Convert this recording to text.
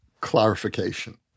clarification